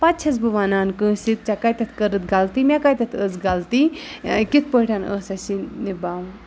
پَتہٕ چھَس بہٕ وَنان کٲنٛسہِ ژےٚ کَتٮ۪تھ کٔرِتھ غلطی مےٚ کَتٮ۪تھ ٲس غلطی کِتھ پٲٹھۍ ٲس اَسہِ یہِ نِباوُن